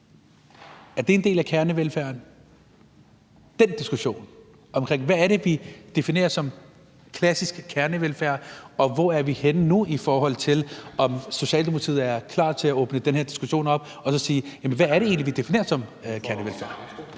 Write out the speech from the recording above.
Er det en del af kernevelfærden? Det er den diskussion, altså hvad vi definerer som klassisk kernevelfærd, og hvor vi er henne nu, i forhold til om Socialdemokratiet er klar til at åbne den her diskussion op og så sige, at hvad er det egentlig, vi definerer som kernevelfærd?